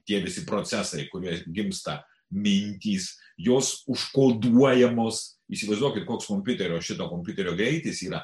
tie visi procesai kurie gimsta mintys jos užkoduojamos įsivaizduokit koks kompiuterio šito kompiuterio greitis yra